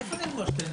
הישיבה ננעלה בשעה